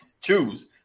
choose